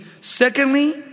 Secondly